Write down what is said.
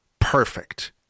perfect